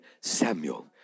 Samuel